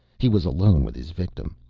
he was alone with his victim.